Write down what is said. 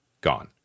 Gone